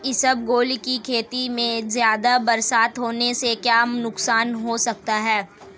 इसबगोल की खेती में ज़्यादा बरसात होने से क्या नुकसान हो सकता है?